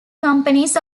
companies